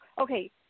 okay